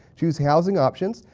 choose housing options,